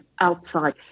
outside